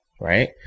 Right